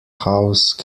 house